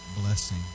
blessing